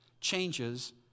changes